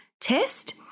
test